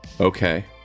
Okay